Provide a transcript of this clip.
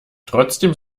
trotzdem